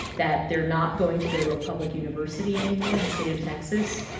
that they're not going to go to a public university anymore in the state of texas,